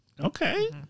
okay